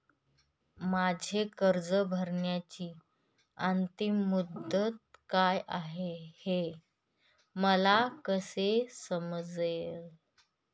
माझी कर्ज भरण्याची अंतिम मुदत काय, हे मला कसे समजेल?